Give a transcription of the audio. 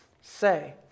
say